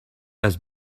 had